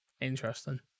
Interesting